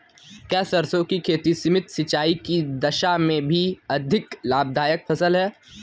क्या सरसों की खेती सीमित सिंचाई की दशा में भी अधिक लाभदायक फसल है?